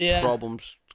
problems